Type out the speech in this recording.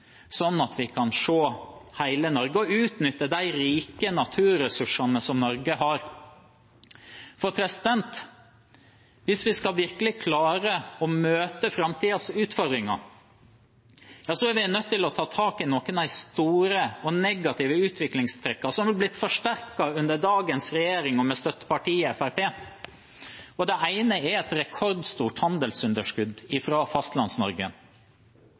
at vi kan se hele Norge og utnytte de rike naturressursene som Norge har. Hvis vi virkelig skal klare å møte framtidens utfordringer, er vi nødt til å ta tak i noen av de store og negative utviklingstrekkene som har blitt forsterket under dagens regjering med støttepartiet Fremskrittspartiet. Det ene er et rekordstort handelsunderskudd